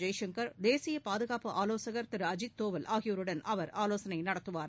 ஜெய்சங்கர் தேசிய பாதுகாப்பு ஆலோசகர் அஜித் தோவல் ஆகியோருடன் அவர் ஆலோசனை நடத்துவார்